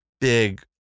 big